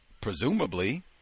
presumably